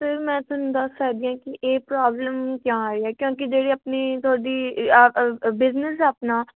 sir ਮੈਂ ਤੁਹਾਨੂੰ ਦੱਸ ਸਕਦੀ ਹਾਂ ਕਿ ਇਹ ਪ੍ਰੋਬਲਮ ਕਿਉਂ ਆਈ ਆ ਕਿਉਂਕਿ ਜਿਹੜੀ ਆਪਣੀ ਤੁਹਾਡੀ ਆਹ ਬਿਜਨਸ ਆਪਣਾ